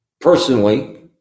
personally